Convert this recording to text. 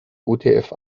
utf